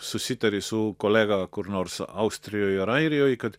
susitari su kolega kur nors austrijoj airijoje kad